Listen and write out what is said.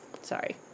Sorry